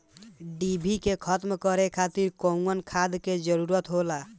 डिभी के खत्म करे खातीर कउन खाद के जरूरत होला?